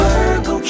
Virgo